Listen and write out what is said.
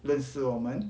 认识我们